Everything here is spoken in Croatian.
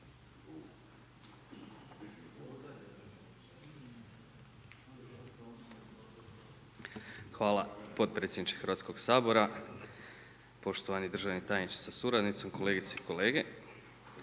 Hvala potpredsjedniče Hrvatskoga sabora. Uvaženi državni tajniče sa suradnikom, kolegice i kolege.